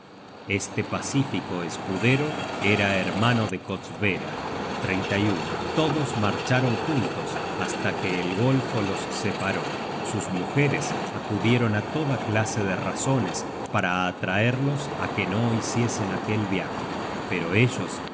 este pacífico escudero era hermano de kostbera todos marcharon juntos hasta que el golfo los separó sus mujeres acudieron á toda clase de razones para atraerlos á que no hiciesen aquel viaje pero ellos